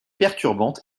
perturbante